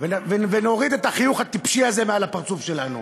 ונוריד את החיוך הטיפשי הזה מעל הפרצוף שלנו?